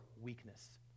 weakness